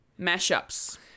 mashups